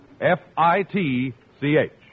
F-I-T-C-H